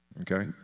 okay